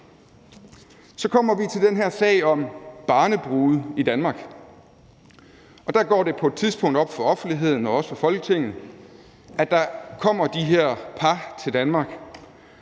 Så kommer vi til den her sag om barnebrude i Danmark. Der går det på et tidspunkt op for offentligheden og også for Folketinget, at der kommer de her par til Danmark,